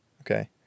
Okay